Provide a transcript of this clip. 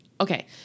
Okay